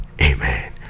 Amen